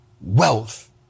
wealth